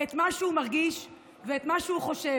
את מה שהוא מרגיש ואת מה שהוא חושב.